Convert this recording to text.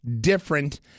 different